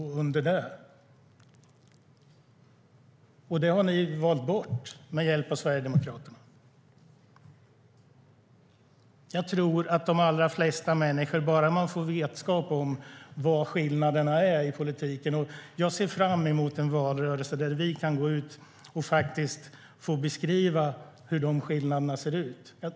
Det har ni inom Alliansen valt bort med hjälp av Sverigedemokraterna.Jag tror att de allra flesta människor kommer att förstå vad det handlar om bara de får vetskap om skillnaderna i politiken. Jag ser fram emot en valrörelse där vi kan gå ut och beskriva hur skillnaderna ser ut.